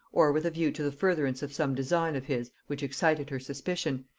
or with a view to the furtherance of some design of his which excited her suspicion,